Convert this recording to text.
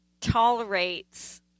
tolerates